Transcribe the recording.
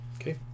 Okay